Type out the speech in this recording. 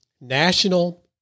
National